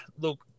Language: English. Look